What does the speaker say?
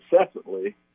incessantly